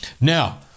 Now